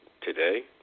today